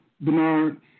Bernard